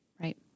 right